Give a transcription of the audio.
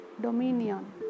dominion